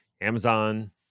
Amazon